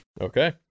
Okay